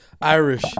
Irish